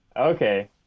okay